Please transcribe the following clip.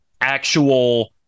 actual